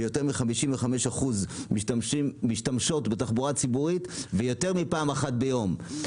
כשיותר מ-55% מהן משתמשות בתחבורה הציבורית יותר מפעם אחת ביום.